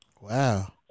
Wow